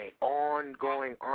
ongoing